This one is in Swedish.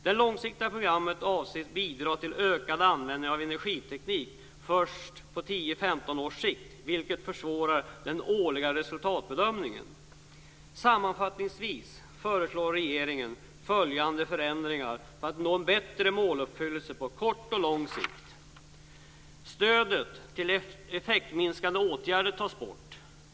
Det långsiktiga programmet avses bidra till ökad användning av ny energiteknik först på 10-15 års sikt, vilket försvårar den årliga resultatbedömningen. Sammanfattningsvis föreslår regeringen följande förändringar för att nå en bättre måluppfyllelse på kort och lång sikt.